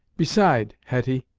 beside, hetty,